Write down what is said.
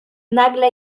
nagle